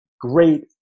great